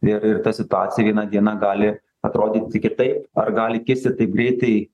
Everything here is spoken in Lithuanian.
ir ir ta situacija vieną dieną gali atrodyti kitaip ar gali kisti taip greitai